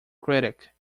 critic